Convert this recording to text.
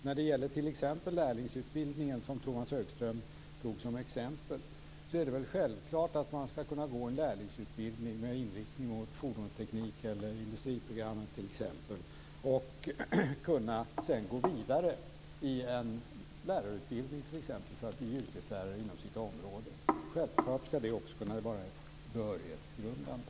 När det gäller t.ex. lärlingsutbildningen, som Tomas Högström tog som exempel, är det väl självklart att man ska kunna gå en lärlingsutbildning med inriktning mot t.ex. fordonsteknik eller industriprogram och sedan kunna gå vidare i t.ex. en lärarutbildning för att bli yrkeslärare inom sitt område. Självfallet ska det också kunna vara behörighetsgrundande.